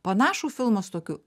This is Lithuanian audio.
panašų filmą su tokiu